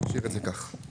נשאיר את זה כך.